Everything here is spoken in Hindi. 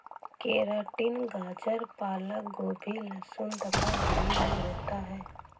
केराटिन गाजर पालक गोभी लहसुन तथा दही में होता है